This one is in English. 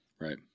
right